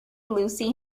lucy